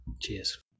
Cheers